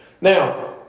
Now